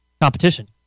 competition